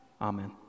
Amen